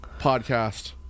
podcast